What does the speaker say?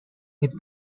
with